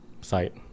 site